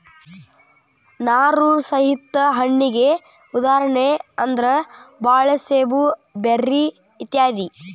ನಾರು ಸಹಿತ ಹಣ್ಣಿಗೆ ಉದಾಹರಣೆ ಅಂದ್ರ ಬಾಳೆ ಸೇಬು ಬೆರ್ರಿ ಇತ್ಯಾದಿ